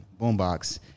Boombox